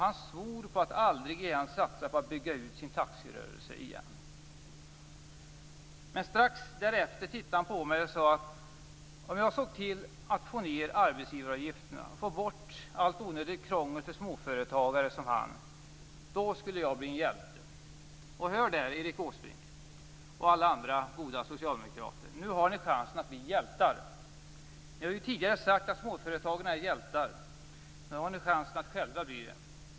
Han svor på att aldrig satsa på att bygga ut sin taxirörelse igen. Men strax därefter tittade han på mig och sade att om jag såg till att få ned arbetsgivaravgifterna och att få bort allt onödigt krångel för småföretagare som han skulle jag bli en hjälte. Hör där, Erik Åsbrink och alla andra goda socialdemokrater!